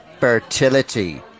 Fertility